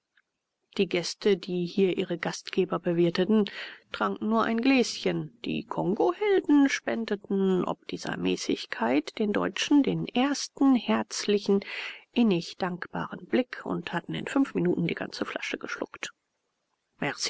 die gäste die hier ihre gastgeber bewirteten tranken nur ein gläschen die kongohelden spendeten ob dieser mäßigkeit den deutschen den ersten herzlichen innig dankbaren blick und hatten in fünf minuten die ganze flasche geschluckt